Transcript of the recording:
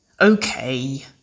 Okay